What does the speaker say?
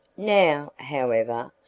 now, however,